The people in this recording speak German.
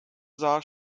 sah